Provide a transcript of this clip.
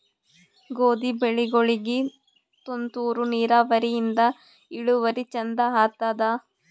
ಗೋಧಿ ಬೆಳಿಗೋಳಿಗಿ ತುಂತೂರು ನಿರಾವರಿಯಿಂದ ಇಳುವರಿ ಚಂದ ಆತ್ತಾದ?